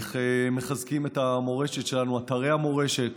איך מחזקים את המורשת שלנו, אתרי המורשת,